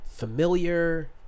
Familiar